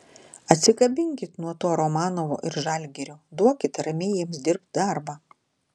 atsikabinkit nuo to romanovo ir žalgirio duokit ramiai jiems dirbt darbą